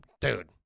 Dude